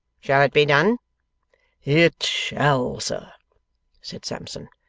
shall it be done it shall, sir said sampson.